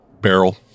Barrel